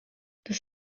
das